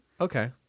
Okay